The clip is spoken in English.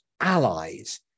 allies